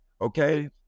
okay